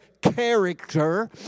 character